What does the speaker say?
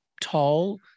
tall